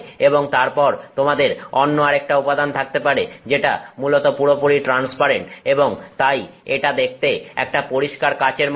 এবং তারপর তোমাদের অন্য আরেকটা উপাদান থাকতে পারে যেটা মূলত পুরোপুরি ট্রান্সপারেন্ট এবং তাই এটা দেখতে একটা পরিষ্কার কাঁচের মতন